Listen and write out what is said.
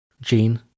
Jean